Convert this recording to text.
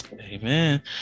amen